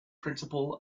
principal